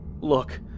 Look